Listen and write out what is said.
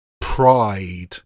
pride